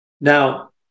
Now